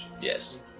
Yes